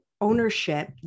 ownership